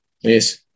Yes